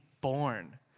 born